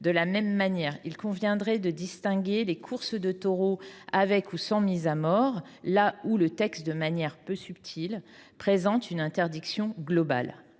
De même, il conviendrait de distinguer les courses de taureaux avec ou sans mise à mort, là où le texte, de manière peu subtile, prévoit une interdiction globale.